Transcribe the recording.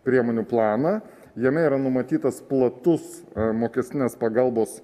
priemonių planą jame yra numatytas platus mokestinės pagalbos